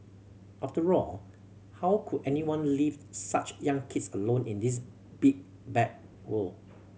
after all how could anyone leave such young kids alone in this big bad world